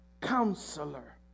Counselor